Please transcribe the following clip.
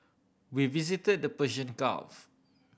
we visited the Persian Gulf